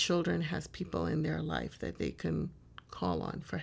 children has people in their life that they can call on for